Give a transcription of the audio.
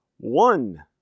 one